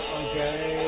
okay